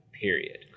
Period